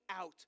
out